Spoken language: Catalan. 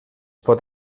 pot